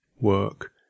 work